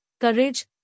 courage